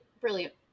brilliant